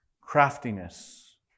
Craftiness